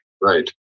Right